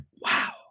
wow